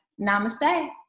namaste